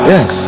Yes